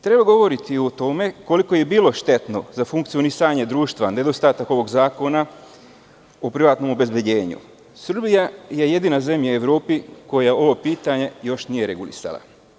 Treba govoriti o tome, koliko je bilo štetno za funkcionisanja društva, nedostatak ovog zakona o privatnom obezbeđenju, Srbija je jedina zemlja u Evropi, koja ovo pitanje još nije regulisala.